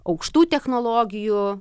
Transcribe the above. aukštų technologijų